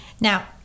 Now